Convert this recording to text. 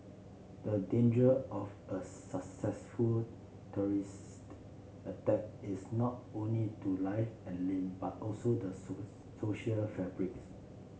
the danger of a successful terrorist attack is not only to life and limb but also the social fabrics